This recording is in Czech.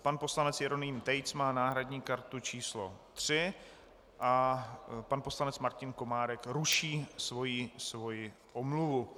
Pan poslanec Jeroným Tejc má náhradní kartu číslo 3 a pan poslanec Martin Komárek ruší svoji omluvu.